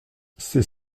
c’est